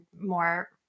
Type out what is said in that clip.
more